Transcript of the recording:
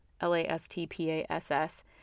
L-A-S-T-P-A-S-S